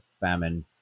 famine